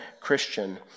Christian